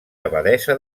abadessa